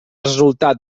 resultat